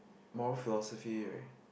morph philosophy right